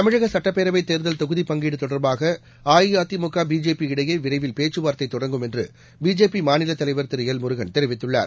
தமிழக சுட்டப்பேரவைத் தேர்தல் தொகுதிப் பங்கீடு தொடர்பாக அஇஅதிமுக பிஜேபி இடையே விரைவில் பேச்சு வார்த்தை தொடங்கும் என்று பிஜேபி மாநிலத்தலைவர் திரு எல் முருகன் தெரிவித்துள்ளார்